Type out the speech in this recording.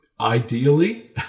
ideally